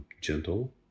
gentle